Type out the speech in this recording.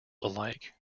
alike